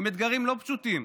עם אתגרים לא פשוטים,